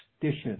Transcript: dishes